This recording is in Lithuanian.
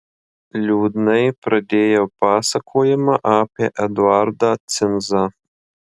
liūdnai pradėjau pasakojimą apie eduardą cinzą